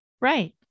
Right